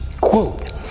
quote